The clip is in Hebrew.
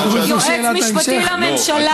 יועץ משפטי לממשלה,